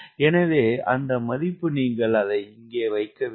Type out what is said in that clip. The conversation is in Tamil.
எனவே அந்த மதிப்பு நீங்கள் அதை இங்கே வைக்க வேண்டும்